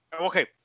Okay